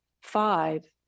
five